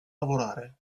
lavorare